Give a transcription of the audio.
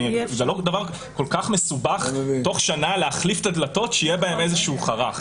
זה לא דבר כל כך מסובך בתוך שנה להחליף את הדלתות שיהיה בהן איזה חרך.